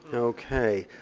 and okay,